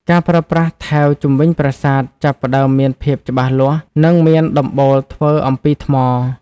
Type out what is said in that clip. ការប្រើប្រាស់ថែវជុំវិញប្រាសាទចាប់ផ្តើមមានភាពច្បាស់លាស់ និងមានដំបូលធ្វើអំពីថ្ម។